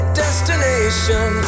destination